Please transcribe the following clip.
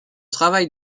travail